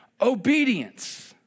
obedience